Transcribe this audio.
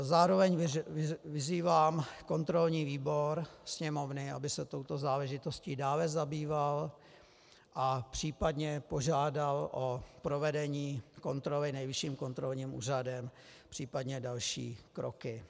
Zároveň vyzývám kontrolní výbor Sněmovny, aby se touto záležitostí dále zabýval a případně požádal o provedení kontroly Nejvyšším kontrolním úřadem, případně další kroky.